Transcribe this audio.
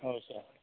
औ सार